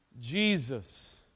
Jesus